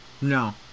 No